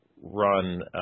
run